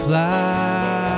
Fly